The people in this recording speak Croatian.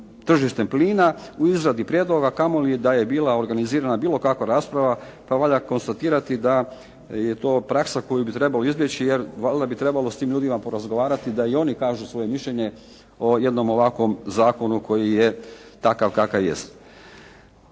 tržištem plina u izradi prijedloga, a kamoli da je bila organizirana bilo kakva rasprava pa valja konstatirati da je to praksa koju bi trebalo izbjeći, jer valjda bi trebalo s tim ljudima porazgovarati da i oni kažu svoje mišljenje o jednom ovakvom zakonu koji takav kakav jest.